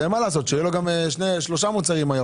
גם שלושה מוצרים.